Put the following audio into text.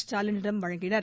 ஸ்டாலினிடம் வழங்கினர்